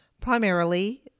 Primarily